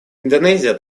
индонезия